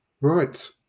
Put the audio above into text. right